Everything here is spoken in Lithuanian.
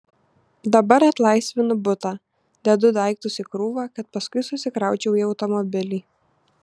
dabar atlaisvinu butą dedu daiktus į krūvą kad paskui susikraučiau į automobilį